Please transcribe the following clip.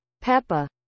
Peppa